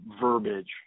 verbiage